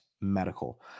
Medical